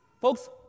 Folks